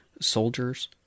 soldiers